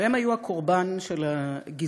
והם היו הקורבן של הגזענות